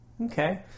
Okay